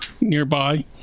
nearby